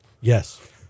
Yes